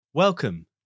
Welcome